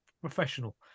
professional